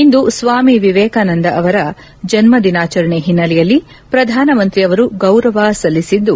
ಇಂದು ಸ್ವಾಮಿ ವಿವೇಕಾನಂದ ಅವರ ಜನ್ನ ದಿನಾಚರಣೆ ಹಿನ್ನೆಲೆಯಲ್ಲಿ ಪ್ರಧಾನಮಂತ್ರಿಯವರು ಗೌರವ ಸಲ್ಲಿಸಿದ್ದು